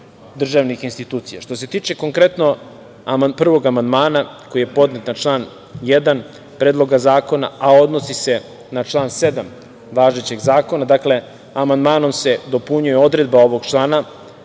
državnih institucija. Što se tiče konkretno prvog amandmana koji je podnet na član 1. Predloga zakona, a odnosi se na član 7. važećeg zakona, dakle, amandmanom se dopunjuje odredba ovog člana